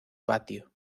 patio